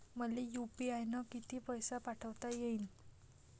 मले यू.पी.आय न किती पैसा पाठवता येईन?